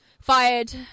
Fired